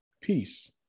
peace